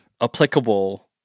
applicable